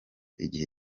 igihe